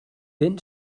ben